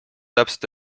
täpselt